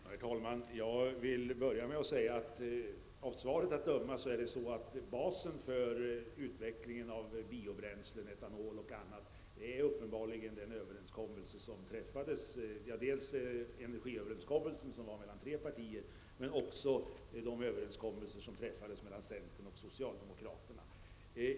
Herr talman! Jag vill börja med att säga att det av svaret av döma är så att basen för utvecklingen av biobränslen, etanol och annat, uppenbarligen är dels den energiöverenskommelse som träffades mellan tre partier, dels de överenskommelser som träffats mellan centerpartiet och socialdemokraterna.